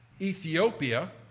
Ethiopia